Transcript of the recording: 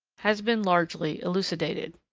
has been largely elucidated.